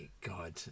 god